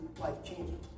life-changing